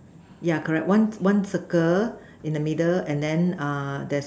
yeah correct one one circle in the middle and then uh there's